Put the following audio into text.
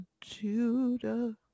Judah